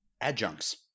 Adjuncts